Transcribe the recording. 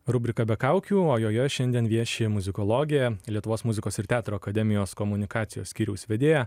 rubrika be kaukių o joje šiandien vieši muzikologė lietuvos muzikos ir teatro akademijos komunikacijos skyriaus vedėja